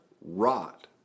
rot